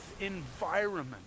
environment